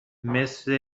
مثه